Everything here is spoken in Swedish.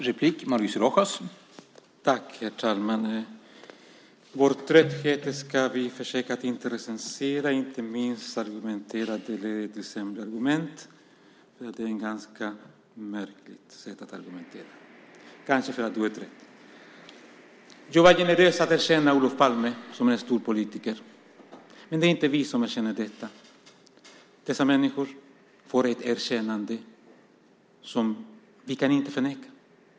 Herr talman! Vår trötthet ska vi försöka att inte recensera, och inte minst argumentera att det blir sämre argument. Det är ett ganska märkligt sätt att argumentera - kanske för att du är trött. Jag vill verkligen erkänna Olof Palme som en stor politiker. Men det är inte vi som erkänner detta. Dessa människor får ett erkännande som vi inte kan förneka.